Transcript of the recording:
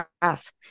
breath